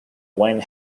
wayne